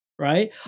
Right